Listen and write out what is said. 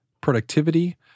productivity